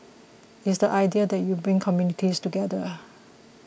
it's the idea that you bring communities together